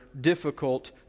difficult